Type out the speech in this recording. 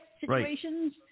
situations